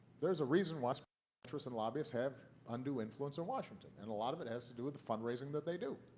there's a reason why special so interests and lobbyists have undue influence in washington, and a lot of it has to do with the fundraising that they do.